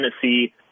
Tennessee